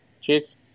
Cheers